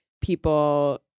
people